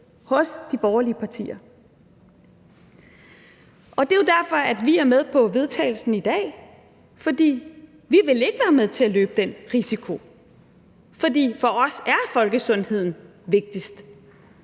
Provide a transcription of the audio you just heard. hos de borgerlige partier. Det er jo derfor, vi er med på forslaget til vedtagelse i dag, for vi vil ikke være med til at løbe den risiko, for for os er folkesundheden vigtigst.